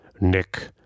nick